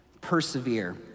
persevere